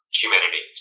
humidity